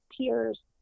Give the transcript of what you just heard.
peers